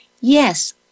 yes